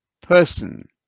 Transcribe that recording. person